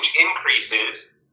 increases